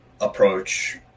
approach